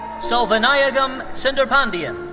selvanayagam sendurpandian.